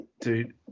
dude